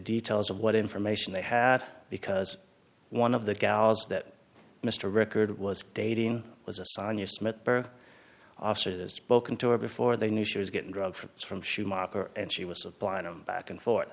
details of what information they had because one of the gals that mr record was dating was a sagna smithburg officer has spoken to her before they knew she was getting drugs from schumacher and she was supplying them back and forth